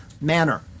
manner